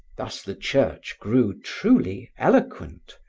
thus the church grew truly eloquent,